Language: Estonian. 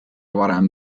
varem